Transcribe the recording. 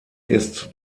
ist